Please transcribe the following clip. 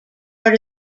part